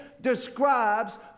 describes